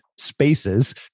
spaces